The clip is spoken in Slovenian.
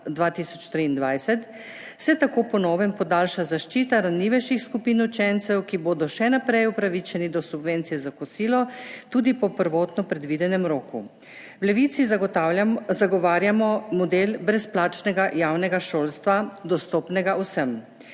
se tako po novem podaljša zaščita ranljivejših skupin učencev, ki bodo še naprej upravičeni do subvencije za kosilo tudi po prvotno predvidenem roku. V Levici zagovarjamo model brezplačnega javnega šolstva, dostopnega vsem.